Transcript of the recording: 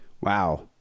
Wow